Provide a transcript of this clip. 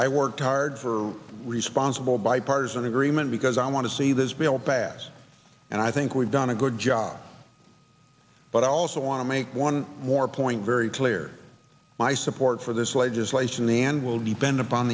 i worked hard for responsible bipartisan agreement because i want to see this bill passed and i think we've done a good job but i also want to make one more point very clear my support for this legislation the end will be bent upon